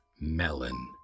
melon